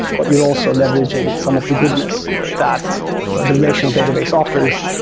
but you're also leveraging some of the goodness that the relational database offers.